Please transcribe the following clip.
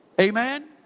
Amen